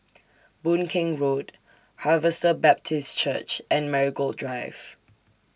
Boon Keng Road Harvester Baptist Church and Marigold Drive